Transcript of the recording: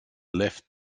left